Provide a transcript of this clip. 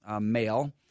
male